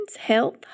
Health